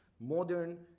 modern